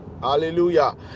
Hallelujah